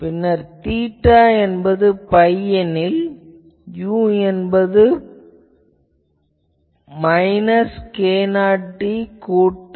பின்னர் தீட்டா என்பது 'பை' எனில் u என்பது மைனஸ் k0d கூட்டல் u0 ஆகும்